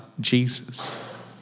Jesus